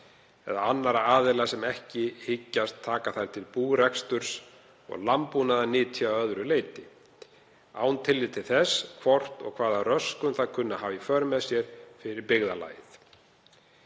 eða annarra aðila sem ekki hyggjast taka þær til búreksturs og landbúnaðarnytja að öðru leyti án tillits til þess hvort og hvaða röskun það kunni að hafa í för með sér fyrir byggðarlagið.